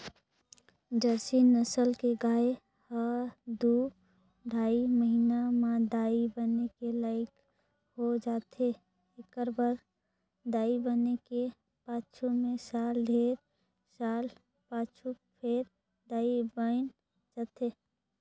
Jersey नसल के गाय ह दू ढ़ाई महिना म दाई बने के लइक हो जाथे, एकबार दाई बने के पाछू में साल डेढ़ साल पाछू फेर दाई बइन जाथे